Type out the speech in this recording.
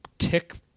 tick